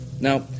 Now